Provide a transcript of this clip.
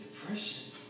depression